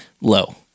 low